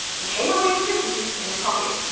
and came away with the keys in his pocket.